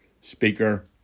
speaker